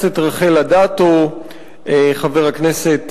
חברי הכנסת,